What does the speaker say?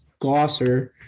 Glosser